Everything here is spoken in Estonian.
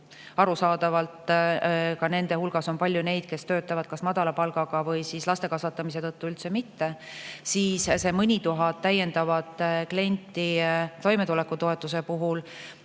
arusaadavalt on nende hulgas ka palju neid, kes töötavad kas madala palgaga või laste kasvatamise tõttu üldse mitte –, siis see mõni tuhat täiendavat klienti toimetulekutoetuse puhul,